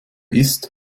ist